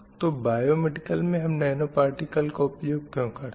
तो biomedical में हम नैनो पार्टिकल का उपयोग क्यूँ करते हैं